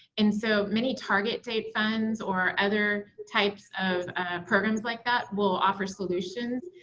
and so many target date funds or other types of programs like that will offer solutions.